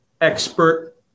expert